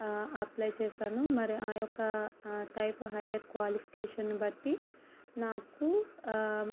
apply చేశాను మరి ఆ యొక్క టైప్ హాయర్ క్వాలిఫికేషన్ బట్టి నాకు